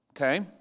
Okay